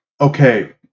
okay